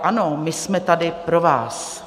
Ano, my jsme tady pro vás.